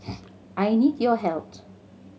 I need your help